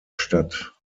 stadt